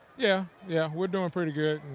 yeah yeah, we're doing pretty good.